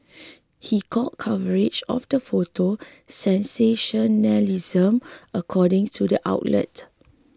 he called coverage of the photo sensationalism according to the outlet